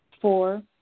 Four